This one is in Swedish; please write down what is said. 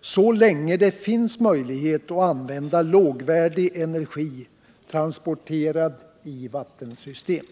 så länge det finns möjlighet att använda lågvärdig energi, transporterad i vattensystem.